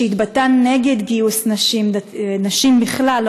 שהתבטא נגד גיוס נשים בכלל,